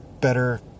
better